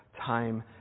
time